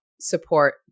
support